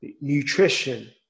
nutrition